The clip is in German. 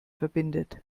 verbindet